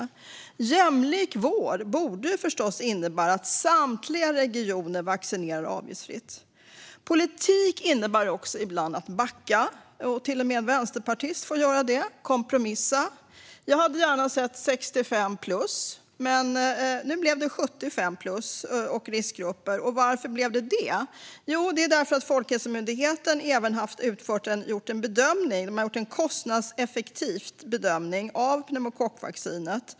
Jämlik vård borde ju förstås innebära att samtliga regioner vaccinerar avgiftsfritt. Politik innebär ibland också att backa och kompromissa. Till och med en vänsterpartist får göra det. Jag hade gärna sett fri vaccinering för 65plus, men nu blev det 75-plus och riskgrupper. Varför blev det så? Jo, därför att Folkhälsomyndigheten även har gjort en bedömning av kostnadseffektiviteten av pneumokockvaccinet.